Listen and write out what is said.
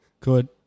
Good